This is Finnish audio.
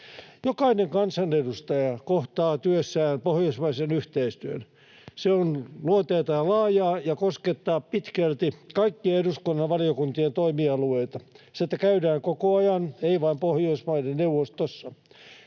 Jokainen kansanedustaja kohtaa työssään pohjoismaisen yhteistyön. Se on luonteeltaan laajaa ja koskettaa pitkälti kaikkien eduskunnan valiokuntien toimialueita. Sitä käydään koko ajan, ei vain Pohjoismaiden neuvostossa.